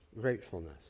gratefulness